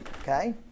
Okay